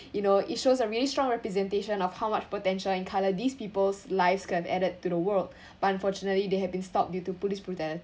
you know it shows a really strong representation of how much potential and colour these peoples' lives could have added to the world but unfortunately they have been stopped due to police brutality